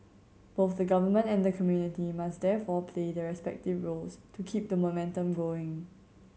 both the government and the community must therefore play their respective roles to keep the momentum going